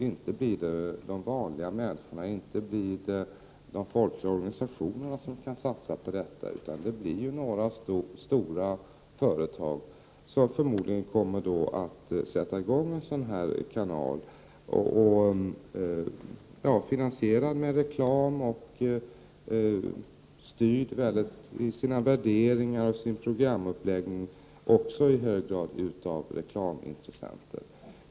Inte blir det de vanliga människorna och inte blir det de folkliga organisationerna som kan satsa på detta, utan det blir förmodligen några stora företag som kommer att sätta i gång en sådan här kanal, finansierad med reklam och även i sina värderingar och sin programuppläggning i hög grad styrd av reklamintressenter.